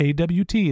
AWT